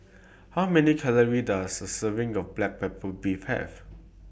How Many Calories Does A Serving of Black Pepper Beef Have